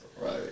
Right